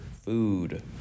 food